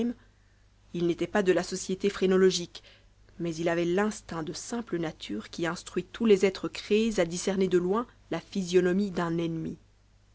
il n'était pas de la société phrénologique mais il avait l'instinct de simple nature qui instruit tous les êtres créés à discerner de loin la physionomie d'un ennemi